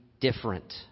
different